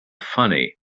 funny